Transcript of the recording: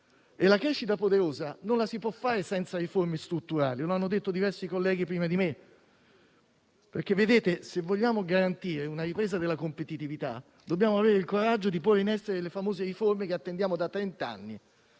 la crescita poderosa non la si può fare senza riforme strutturali, come hanno detto diversi colleghi prima di me. Se, infatti, vogliamo garantire una ripresa della competitività, dobbiamo avere il coraggio di porre in essere le famose riforme che attendiamo da trent'anni.